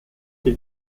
die